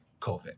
COVID